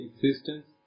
existence